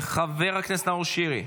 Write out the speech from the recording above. חבר הכנסת נאור שירי.